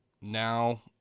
now